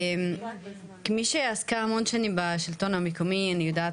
כמי שעסקה המון שנים בשלטון המקומי אני יודעת